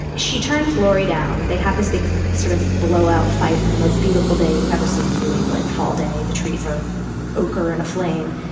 she turns lori down. they have this big sort of blowout fight on the most beautiful day you've ever seen. new england fall day. the trees are ocher and a flame.